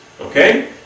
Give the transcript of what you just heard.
Okay